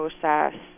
process